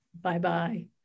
Bye-bye